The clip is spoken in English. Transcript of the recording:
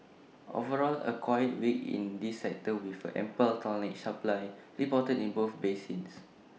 overall A quiet week in this sector with ample tonnage supply reported in both basins